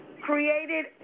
created